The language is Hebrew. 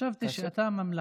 חשבתי שאתה ממלכתי.